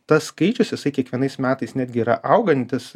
tas skaičius jisai kiekvienais metais netgi yra augantis